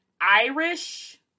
Irish